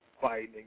fighting